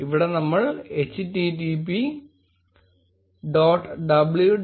ഇവിടെ നമ്മൾ http www